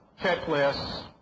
checklists